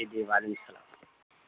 جی جی وعلیکم السلام